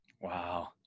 Wow